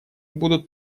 будут